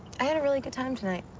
i had a really good time tonight.